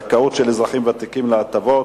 (זכאות של אזרחים ותיקים להטבות),